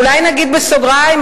ואולי נגיד בסוגריים,